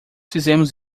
fizemos